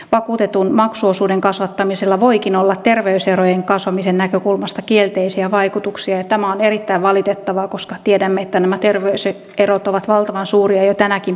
vakuutetun maksuosuuden kasvattamisella voikin olla terveyserojen kasvamisen näkökulmasta kielteisiä vaikutuksia ja tämä on erittäin valitettavaa koska tiedämme että nämä terveyserot ovat valtavan suuria jo tänäkin päivänä